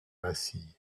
vacille